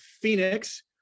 Phoenix